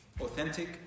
authentic